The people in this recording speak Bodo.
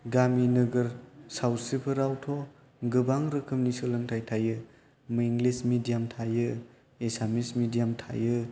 गामि नोगोर सावस्रिफोरावथ' गोबां रोखोमनि सोलोंथाइ थायो इंलिश मिडियाम थायो एसामिस मिडियाम थायो